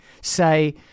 say